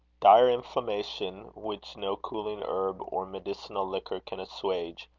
dire inflammation, which no cooling herb or medicinal liquor can asswage,